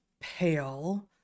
pale